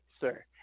sir